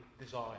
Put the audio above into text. desire